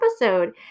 episode